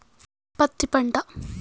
పత్తి పంట